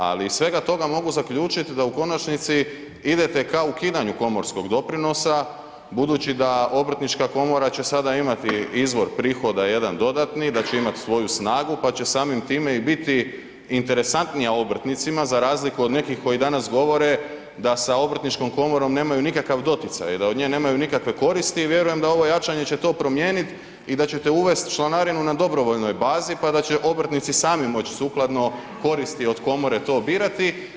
Ali iz svega toga mogu zaključiti da u konačnici idete ka ukidanju komorskog doprinosa, budući da obrtnička komora će sada imati izvor prihoda jedan dodatni, da će imati svoju snagu pa će samim time i biti interesantnija obrtnicima za razliku od nekih koji danas govore da sa obrtničkom komorom nemaju nikakav doticaj, da od nje nemaju nikakve koristi i vjerujem da ovo jačanje će to promijeniti i da ćete uvesti članarinu na dobrovoljnoj bazi pa da će obrtnici sami moći sukladno koristi od komore to birati.